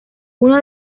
uno